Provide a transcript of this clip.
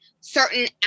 certain